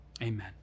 amen